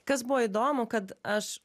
kas buvo įdomu kad aš